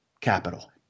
capital